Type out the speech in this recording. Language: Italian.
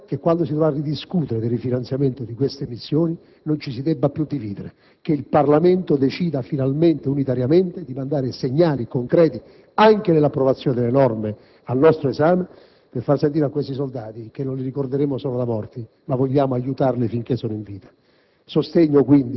Spero che quando si dovrà ridiscutere del rifinanziamento di queste missioni non ci si debba più dividere, che il Parlamento decida finalmente e unitariamente di mandare segnali concreti anche nell'approvazione delle norme al nostro esame, per far sentire a questi soldati che non li ricorderemo solo da morti, ma vogliamo aiutarli finché sono in vita.